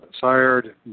sired